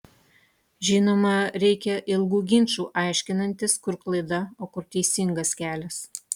žinoma reikia ilgų ginčų aiškinantis kur klaida o kur teisingas kelias